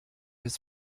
his